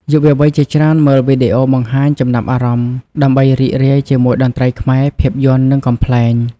យុវវ័យជាច្រើនមើលវីដេអូបង្ហាញចំណាប់អារម្មណ៍ ដើម្បីរីករាយជាមួយតន្ត្រីខ្មែរ ភាពយន្ត និងកំប្លែង។